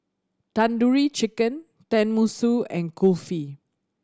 Tandoori Chicken Tenmusu and Kulfi